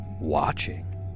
watching